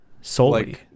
solely